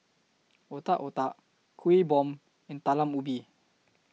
Otak Otak Kueh Bom and Talam Ubi